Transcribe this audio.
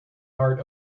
art